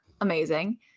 amazing